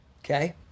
Okay